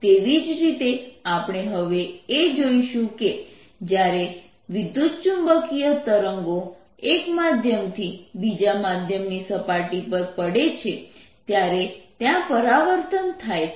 તેવી જ રીતે આપણે હવે એ જોઈશું કે જ્યારે વિદ્યુતચુંબકીય તરંગો એક માધ્યમથી બીજા માધ્યમની સપાટી પર પડે છે ત્યારે ત્યાં પરાવર્તન થાય છે